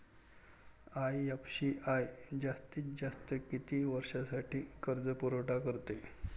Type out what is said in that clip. IFCI जास्तीत जास्त किती वर्षासाठी कर्जपुरवठा करते?